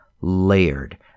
Layered